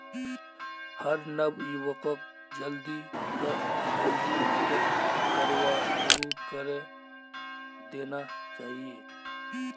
हर नवयुवाक जल्दी स जल्दी बचत करवार शुरू करे देना चाहिए